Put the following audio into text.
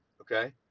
Okay